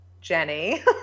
Jenny